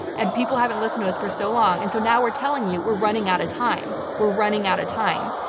and people haven't listened to us for so long, and so now we're telling you, we're running out of time. we're running out of time,